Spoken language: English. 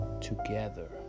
together